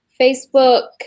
Facebook